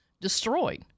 destroyed